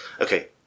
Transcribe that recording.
okay